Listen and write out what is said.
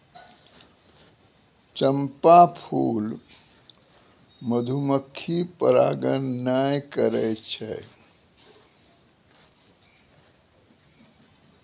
चंपा फूल मधुमक्खी परागण नै करै छै